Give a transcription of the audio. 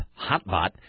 Hotbot